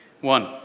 One